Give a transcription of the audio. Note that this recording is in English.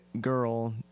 girl